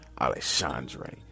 Alexandre